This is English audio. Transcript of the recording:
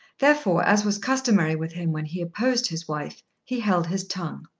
therefore, as was customary with him when he opposed his wife, he held his tongue.